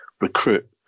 recruit